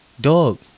dog